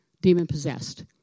demon-possessed